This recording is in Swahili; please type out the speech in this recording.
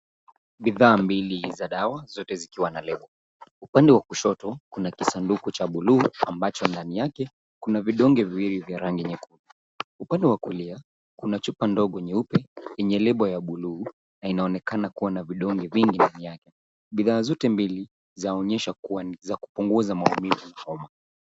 Bidhaa mbili za dawa zote zikiwa na lebo. Upande wa kushoto kuna kisanduku cha buluu ambacho ndani yake kuna vidonge viwili vya rangi nyekundu. Upande wa kulia kuna chupa ndogo nyeupe yenye lebo ya buluu na inaonekana kuwa na vidonge vingi ndani yake. Bidhaa zote mbili za onyesha kuwa ni za kupunguza maumivu ya homa.